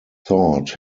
thought